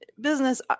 Business